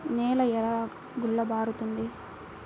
నేల ఎలా గుల్లబారుతుంది?